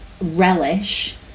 relish